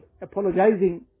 apologizing